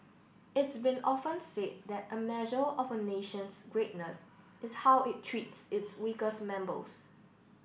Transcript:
it's been often said that a measure of a nation's greatness is how it treats its weakest members